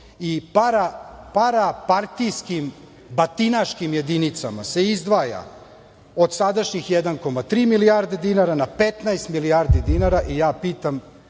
i parapartijskih, batinaškim jedinicama se izdvaja od sadašnjih 1,3 milijarde dinara na 15 milijarde dinara i ja pitam